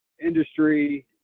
industry